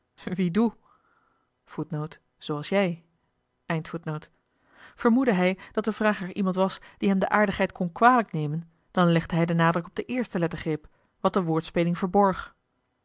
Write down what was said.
vermoedde hij dat de vrager iemand was die hem de aardigheid kon kwalijk nemen dan legde hij den nadruk op de eerste lettergreep wat de woordspeling verborg